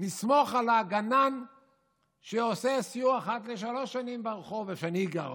נסמוך על הגנן שעושה סיור אחת לשלוש שנים ברחוב שבו אני גר,